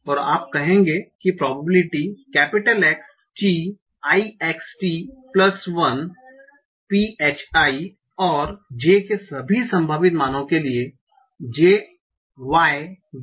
और आप कहेंगे कि probability X t i x t1 phi और j के सभी संभावित मानों के लिए j y